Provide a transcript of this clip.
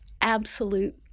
absolute